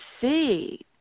see